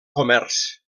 comerç